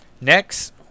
Next